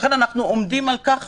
לכן אנחנו עומדים על כך